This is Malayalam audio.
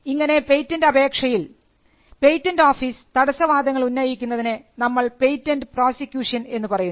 ഇങ്ങനെ പേറ്റന്റ് അപേക്ഷയിൽ പേറ്റന്റ് ഓഫീസ് തടസ്സവാദങ്ങൾ ഉന്നയിക്കുന്നതിന് നമ്മൾ പേറ്റന്റ് പ്രോസിക്യൂഷൻ എന്ന് പറയുന്നു